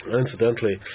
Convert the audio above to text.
incidentally